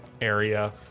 area